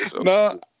No